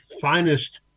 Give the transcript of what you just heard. finest